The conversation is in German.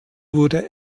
wurde